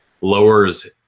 lowers